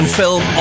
film